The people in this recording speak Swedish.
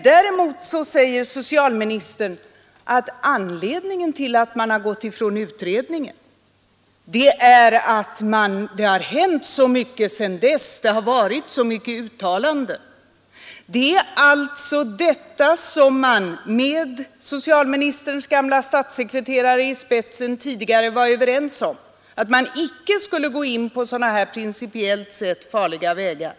Däremot säger socialministern att anledningen till att man har gått ifrån utredningen är att det har hänt så mycket sedan dess, att det har gjorts så många uttalanden. Tidigare var man, med socialministerns gamle statssekreterare i spetsen, överens om att man icke skulle gå in på sådana här principiellt sett äventyrliga vägar.